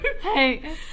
Hey